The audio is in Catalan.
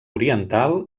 oriental